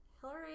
Hillary